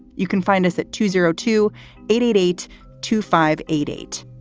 you can find us at two zero two eight eight eight two five eight eight.